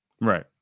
Right